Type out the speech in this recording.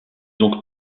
donc